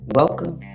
Welcome